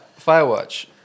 Firewatch